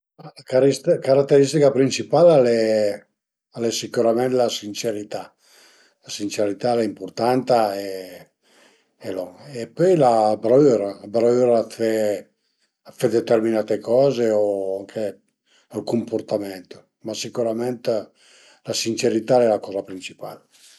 La carateristica principale al e al e sicürament la sincerità, la sincerità al e impurtanta e lon e pöi la bravüra, la bravüra dë fe dë fe determinate coze o anche ël cumpurtament, ma sicürament la sincerità al e la coza pricipal